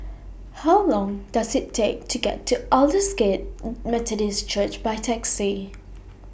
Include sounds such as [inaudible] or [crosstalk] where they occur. How Long Does IT Take to get to Aldersgate [noise] Methodist Church By Taxi